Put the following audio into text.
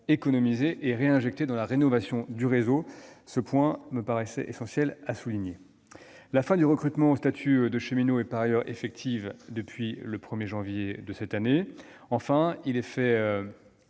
économisés et réinjectés dans la rénovation du réseau ; ce point me paraît essentiel à souligner. La fin du recrutement au statut de cheminot est par ailleurs effective depuis le 1 janvier dernier. Enfin, et cela fait